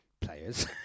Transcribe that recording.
players